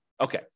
Okay